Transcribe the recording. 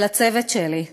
ולצוות שלי,